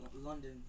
London